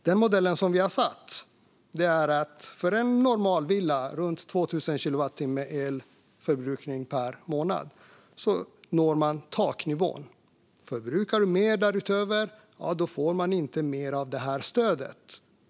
Den modell som vi har slagit fast innebär att man för en normalvilla med runt 2 000 kilowattimmars elförbrukning per månad når taknivån. Förbrukar du mer därutöver får du inte mer av det här stödet.